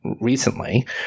recently